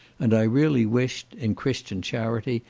and i really wished, in christian charity,